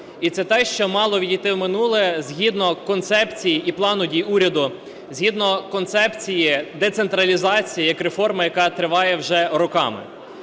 і це те, що мало відійти в минуле згідно концепції і плану дій уряду, згідно концепції децентралізації як реформи, яка триває вже роками.